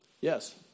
Yes